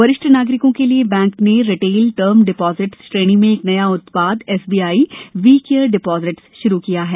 वरिष्ठ नागरिकों के लिए बैंक ने रिटेल टर्म डिपोजिट श्रेणी में एक नया उत्पाद S B I we care deposit शुरू किया है